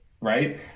right